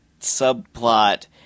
subplot